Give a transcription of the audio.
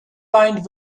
lined